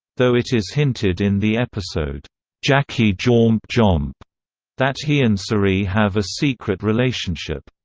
though it is hinted in the episode jackie jormp jomp that he and cerie have a secret relationship.